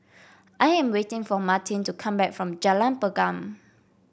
I am waiting for Martin to come back from Jalan Pergam